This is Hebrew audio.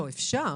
אלא אם כן